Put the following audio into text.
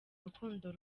rukundo